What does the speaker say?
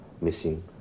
missing